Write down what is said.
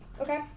Okay